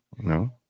no